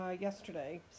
yesterday